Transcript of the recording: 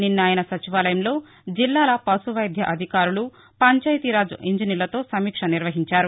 నిన్న ఆయన సచివాలయంలో జిల్లాల పశువైద్యాధికారులు పంచాయతీరాజ్ ఇంజినీర్లతో సమీక్ష నిర్వహించారు